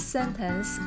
Sentence